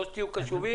תהיו קשובים.